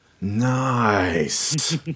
Nice